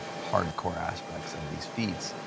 hard core aspects of these feats.